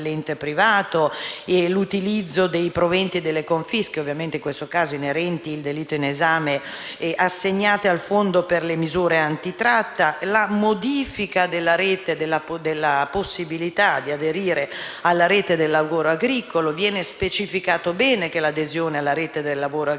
dell'ente privato, l'utilizzo dei proventi delle confische (ovviamente in questo caso inerenti al delitto in esame) assegnati al Fondo per le misure anti-tratta, la modifica della possibilità di aderire alla Rete del lavoro agricolo di qualità. Viene specificato bene che tale adesione non è obbligatoria,